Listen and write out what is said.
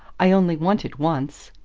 i only want it once.